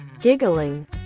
giggling